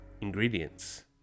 Ingredients